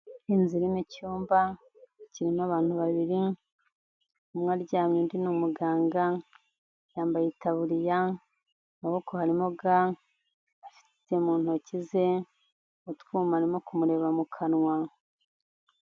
Inzu irimo icyumba kirimo abantu babiri, umwe aryamye undi ni umuganga yambaye itaburiya mu maboko harimo ga, afite mu ntoki ze utwuma arimo kumureba mu kanwa.